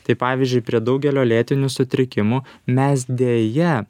tai pavyzdžiui prie daugelio lėtinių sutrikimų mes deja